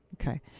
Okay